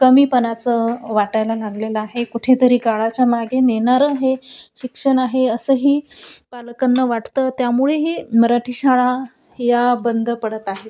कमीपणाचं वाटायला लागलेलं आहे कुठेतरी काळाच्या मागे नेणारं हे शिक्षण आहे असंही पालकांना वाटतं त्यामुळेही मराठी शाळा या बंद पडत आहेत